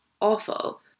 awful